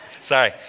Sorry